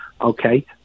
Okay